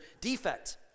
defect